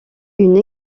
une